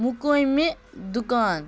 مقٲمہِ دُکان